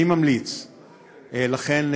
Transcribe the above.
לכן,